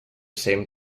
same